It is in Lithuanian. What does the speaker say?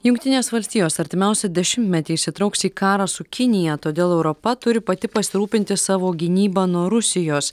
jungtinės valstijos artimiausią dešimtmetį įsitrauks į karą su kinija todėl europa turi pati pasirūpinti savo gynyba nuo rusijos